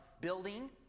building